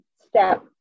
step